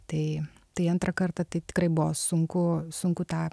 tai tai antrą kartą tai tikrai buvo sunku sunku tą